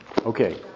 Okay